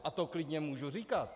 A to klidně můžu říkat.